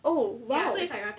oh !wow!